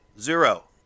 zero